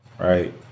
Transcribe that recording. right